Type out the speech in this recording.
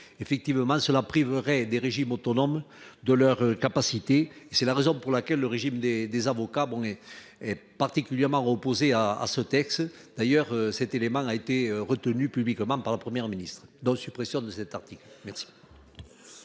effectivement cela priverait des régimes autonomes de leur capacité et c'est la raison pour laquelle le régime des des avocats. Bon et, et particulièrement. À à ce texte d'ailleurs cet élément a été retenu publiquement par la Première ministre donc suppression de cet article, merci.